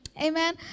Amen